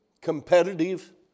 competitive